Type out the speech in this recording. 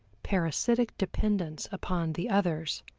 parasitic dependence upon the others,